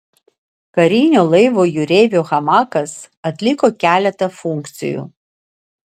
karinio laivo jūreivio hamakas atliko keletą funkcijų